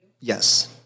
Yes